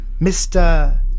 Mr